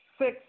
Six